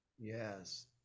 Yes